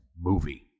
movie